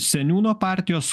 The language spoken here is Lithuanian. seniūno partijos